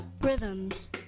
Rhythms